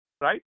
right